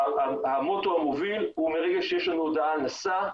והמוטו המוביל הוא מרגע שיש לנו הודעה על נשא,